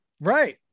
Right